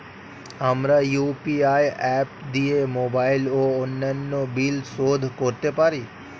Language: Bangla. আমরা ইউ.পি.আই অ্যাপ দিয়ে মোবাইল ও অন্যান্য বিল শোধ করতে পারি